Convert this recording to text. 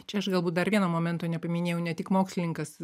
čia aš galbūt dar vieno momento nepaminėjau ne tik mokslininkas